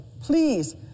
please